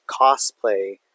cosplay